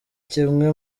kimwe